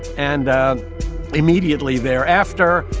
and immediately thereafter,